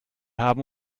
haben